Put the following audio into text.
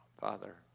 Father